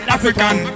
African